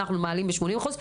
מעלים ב-80%,